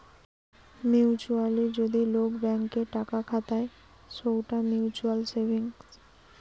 mutually যদি লোক bank এ টাকা খাতায় সৌটা মিউচুয়াল সেভিংস